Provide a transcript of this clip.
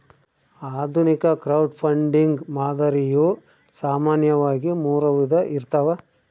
ಆಧುನಿಕ ಕ್ರೌಡ್ಫಂಡಿಂಗ್ ಮಾದರಿಯು ಸಾಮಾನ್ಯವಾಗಿ ಮೂರು ವಿಧ ಇರ್ತವ